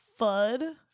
FUD